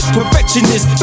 perfectionist